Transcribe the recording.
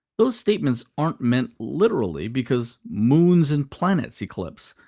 those statements aren't meant literally, because moons and planets eclipse.